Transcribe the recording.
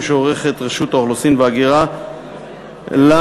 שעורכת רשות האוכלוסין וההגירה למסתננים,